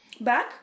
back